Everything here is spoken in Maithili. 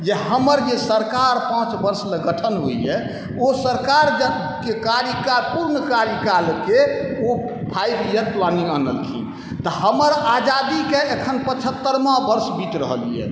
जे हमर जे सरकार पाँच वर्षमे गठन होइए ओ सरकारके कार्यकाल पूर्ण कार्यकालके ओ फाइव इयर प्लानिंग अनलखिन तऽ हमर आजादीके अखन पचहत्तरिवाँ वर्ष बीत रहल यऽ